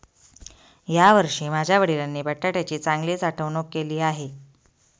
यावर्षी माझ्या वडिलांनी बटाट्याची चांगली साठवणूक केली आहे